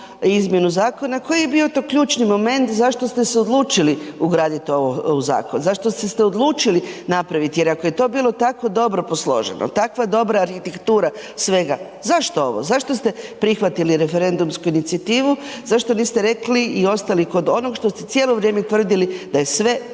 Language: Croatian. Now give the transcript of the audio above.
izmjenu zakona, koji je bio to ključni moment zašto ste se odlučili ugraditi ovo u zakon, zašto ste se odlučili napraviti jer ako je to bilo tako dobro posloženo, takva dobra arhitektura svega, zašto ovo, zašto ste prihvatili referendumsku inicijativu, zašto niste rekli i ostali kod onog što ste cijelo vrijeme tvrdili da je sve posloženo